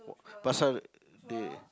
they